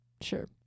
sure